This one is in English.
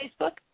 Facebook